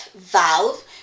valve